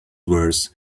worse